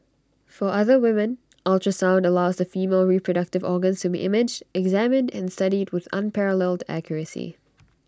for other women ultrasound allows the female reproductive organs to be imaged examined and studied with unparalleled accuracy